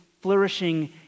flourishing